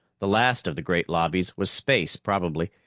the last of the great lobbies was space, probably.